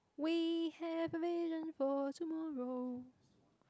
we have a vision for tomorrow